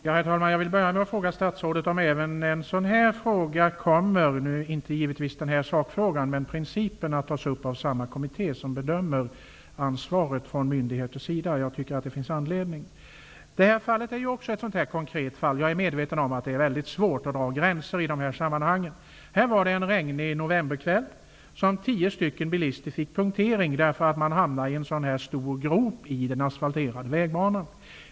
Herr talman! Jag vill börja med att fråga statsrådet om även den här principen kommer att tas upp av samma kommitté som skall bedöma myndigheters ansvar. Jag tycker att det finns anledning till det. Det här fallet är ett konkret fall. Jag är medveten om att det är väldigt svårt att dra gränser i dessa sammanhang. Det var en regnig novemberkväll som tio bilister fick punktering på sina bilar, därför att de körde i en stor grop i den asfalterade vägbanan.